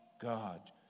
God